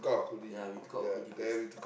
ya we took out our hoodie first